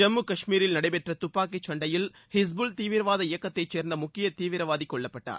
ஜம்மு காஷ்மீரில் நடைபெற்ற துப்பாக்கிச் சண்டையில் இஸ்புல் தீவிரவாத இயக்கத்தைச் சேர்ந்த முக்கியத் தீவிரவாதி கொல்லப்பட்டார்